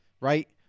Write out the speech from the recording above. right